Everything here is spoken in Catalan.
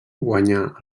guanyà